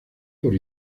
por